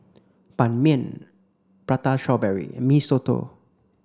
Ban Mian prata strawberry and Mee Soto